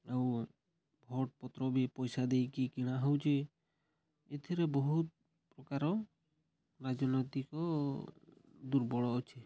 ଆଉ ଭୋଟ୍ ପତ୍ର ବି ପଇସା ଦେଇକି କିଣା ହେଉଛି ଏଥିରେ ବହୁତ ପ୍ରକାର ରାଜନୈତିକ ଦୁର୍ବଳ ଅଛି